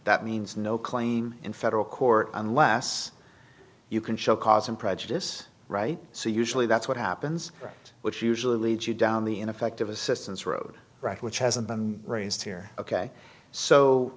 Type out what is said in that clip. that means no claim in federal court unless you can show cause and prejudice right so usually that's what happens right which usually leads you down the ineffective assistance road right which hasn't been raised here ok so